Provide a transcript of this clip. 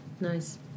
Nice